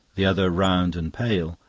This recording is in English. the other round and pale,